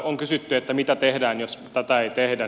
on kysytty mitä tehdään jos tätä ei tehdä